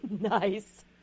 Nice